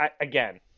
again